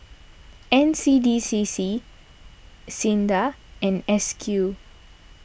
N C D C C Sinda and S Q